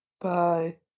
Bye